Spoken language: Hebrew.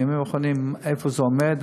בימים האחרונים לא עודכנתי איפה זה עומד,